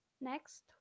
Next